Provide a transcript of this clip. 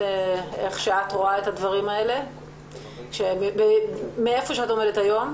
איך את רואה את הדברים מאיפה שאת עומדת היום?